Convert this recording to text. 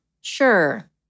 sure